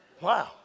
Wow